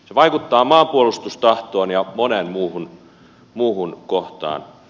se vaikuttaa maanpuolustustahtoon ja moneen muuhun kohtaan